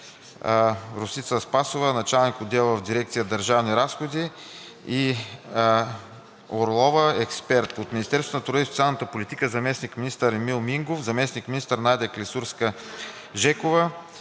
Росица Спасова – началник-отдел в дирекция „Държавни разходи“ и Евгения Орлова – експерт; от Министерството на труда и социалната политика – заместник-министър Емил Мингов, заместник-министър Надя Клисурска-Жекова,